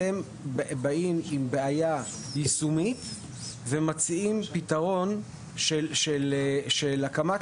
אתם באים עם בעיה יישומית ומציעים פתרון של הקמת